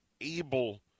able